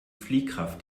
fliehkraft